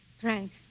Frank